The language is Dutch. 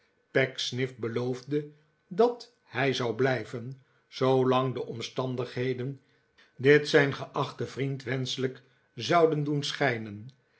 pecksniff beloofde dat hij zou blijven zoolang de omstandigheden dit zijn geachten vriend wenschelijk zouden doen schijnen